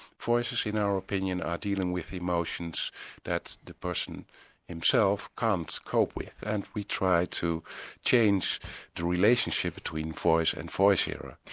voices in our opinion are dealing with emotions that the person himself can't cope with and we try to change the relationship between voice and voice hearer.